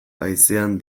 haizean